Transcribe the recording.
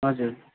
हजुर